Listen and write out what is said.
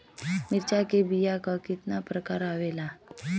मिर्चा के बीया क कितना प्रकार आवेला?